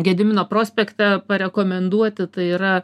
gedimino prospekte parekomenduoti tai yra